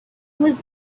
was